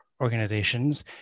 organizations